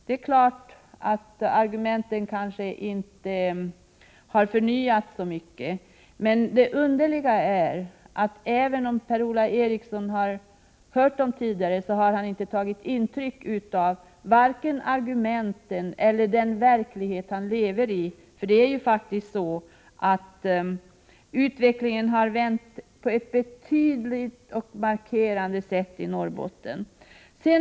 Det är kanske riktigt att argumenten inte har förnyats så mycket, men om Per-Ola Eriksson har hört argumenten tidigare är det underligt att han inte har tagit intryck av vare sig dem eller den verklighet som han lever i. Utvecklingen i Norrbotten har ju vänt på ett klart och markerat sätt.